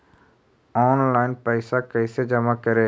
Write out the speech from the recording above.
Online पैसा कैसे जमा करे?